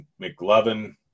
McLovin